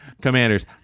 Commanders